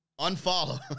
Unfollow